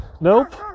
Nope